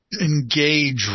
engage